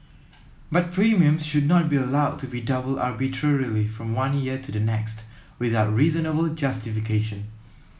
but premiums should not be allowed to be doubled arbitrarily from one year to the next without reasonable justification